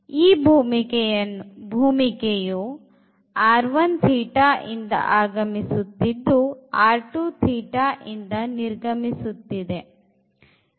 ಈ ಭೂಮಿಕೆಯು ಇಂದ ಆಗಮಿಸುತ್ತಿದ್ದು ಇಂದ ನಿರ್ಗಮಿಸುತ್ತಿದ್ದೇವೆ